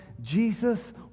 Jesus